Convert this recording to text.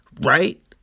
right